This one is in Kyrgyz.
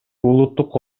улуттук